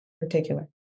Particular